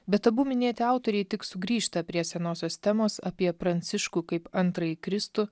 bet abu minėti autoriai tik sugrįžta prie senosios temos apie pranciškų kaip antrąjį kristų